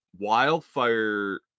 wildfire